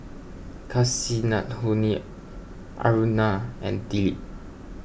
Kasinadhuni Aruna and Dilip